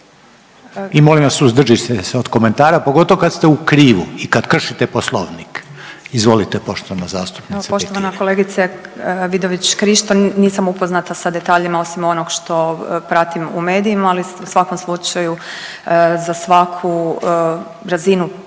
I molim vas suzdržite se od komentara, pogotovo kad ste u krivu i kad kršite poslovnik. Izvolite poštovana zastupnice Petir. **Petir, Marijana (Nezavisni)** Evo poštovana kolegice Vidović Krišto, nisam upoznata sa detaljima osim onog što pratim u medijima, ali u svakom slučaju za svaku razinu